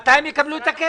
התקדמנו עם הנוהל הזה,